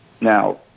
Now